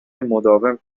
مداوم